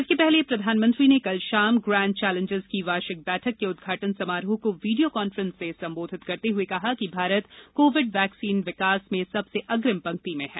इसके पहले प्रधानमंत्री ने कल शाम ग्रैंड चैलेंजेस की वार्षिक बैठक के उद्घाटन समारोह को वीडियो काफ्रेंस से संबोधित करते हुए कहा कि भारत कोविड वैक्सीन विकास में सबसे अग्रिम पंक्ति में हैं